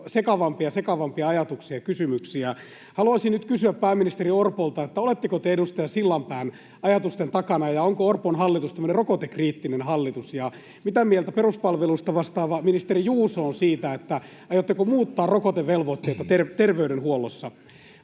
sekavampia ajatuksia ja kysymyksiä. Haluaisin nyt kysyä pääministeri Orpolta: Oletteko te edustaja Sillanpään ajatusten takana? Onko Orpon hallitus tämmöinen rokotekriittinen hallitus? Ja mitä mieltä peruspalveluista vastaava ministeri Juuso on siitä: aiotteko muuttaa rokotevelvoitteita terveydenhuollossa?